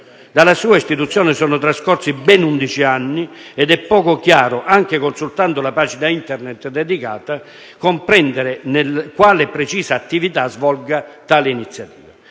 Dalla sua istituzione sono trascorsi ben 11 anni ed è poco chiaro, anche consultando la pagina Internet dedicata, comprendere quale precisa attività svolga tale iniziativa.